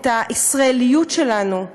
את הישראליות שלנו,